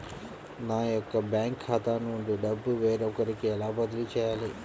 నా యొక్క బ్యాంకు ఖాతా నుండి డబ్బు వేరొకరికి ఎలా బదిలీ చేయాలి?